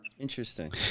Interesting